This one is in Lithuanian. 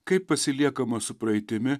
kaip pasiliekama su praeitimi